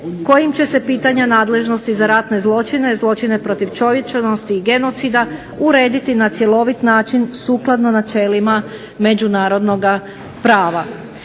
kojim će se pitanja nadležnosti za ratne zločine, zločine protiv čovječnosti i genocida urediti na cjeloviti način sukladno načelima međunarodnog prava.